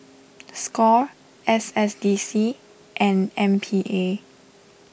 Score S S D C and M P A